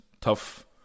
Tough